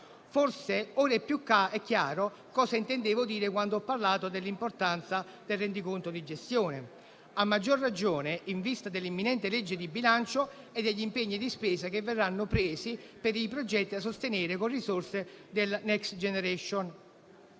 Forse ora è più chiaro cosa intendevo dire quando ho parlato dell'importanza del rendiconto di gestione, a maggior ragione in vista dell'imminente legge di bilancio e degli impegni di spesa che verranno presi per i progetti da sostenere con risorse della Next generation